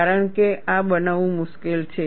કારણ કે આ બનાવવું મુશ્કેલ છે